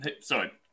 Sorry